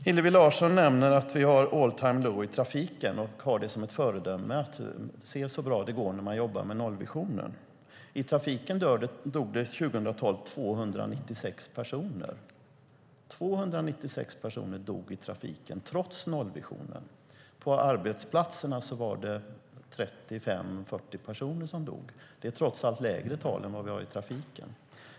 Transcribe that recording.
Hillevi Larsson nämner att vi har en "all time low" i trafiken och har det som ett föredöme: Se så bra det går när man jobbar med nollvisionen. I trafiken dog det 296 personer 2012. 296 personer dog i trafiken trots nollvisionen. På arbetsplatserna var det 35-40 personer som dog. Det är trots allt lägre tal än i trafiken.